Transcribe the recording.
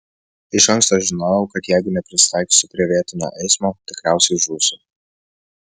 iš anksto žinojau kad jeigu neprisitaikysiu prie vietinio eismo tikriausiai žūsiu